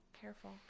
Careful